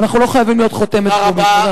ואנחנו לא חייבים להיות חותמת גומי.